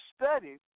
studied